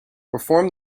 perform